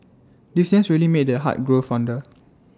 distance really made the heart grow fonder